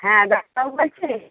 হ্যাঁ ডাক্তারবাবু বলছে